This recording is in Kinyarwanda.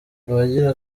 abagira